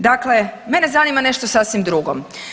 Dakle, mene zanima nešto sasvim drugo.